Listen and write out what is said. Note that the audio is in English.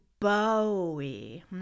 Bowie